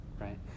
Right